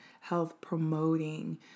health-promoting